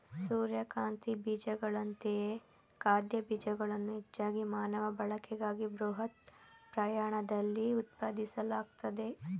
ಸೂರ್ಯಕಾಂತಿ ಬೀಜಗಳಂತೆಯೇ ಖಾದ್ಯ ಬೀಜಗಳನ್ನು ಹೆಚ್ಚಾಗಿ ಮಾನವ ಬಳಕೆಗಾಗಿ ಬೃಹತ್ ಪ್ರಮಾಣದಲ್ಲಿ ಉತ್ಪಾದಿಸಲಾಗ್ತದೆ